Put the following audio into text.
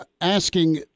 Asking